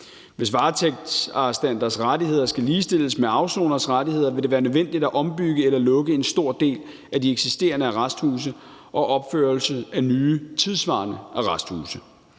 Hvis varetægtsarrestanters rettigheder skal ligestilles med afsoneres rettigheder, vil det være nødvendigt at ombygge eller lukke en stor del af de eksisterende arresthuse og opføre nye og tidssvarende arresthuse.